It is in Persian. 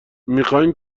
میخواییم